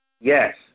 Yes